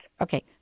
Okay